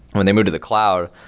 when they move to the cloud,